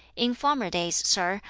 in former days, sir,